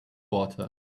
water